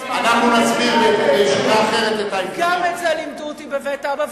גם את זה לימדו אותי בבית אבא,